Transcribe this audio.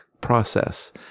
process